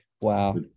Wow